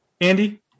andy